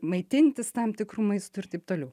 maitintis tam tikru maistu ir taip toliau